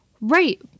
Right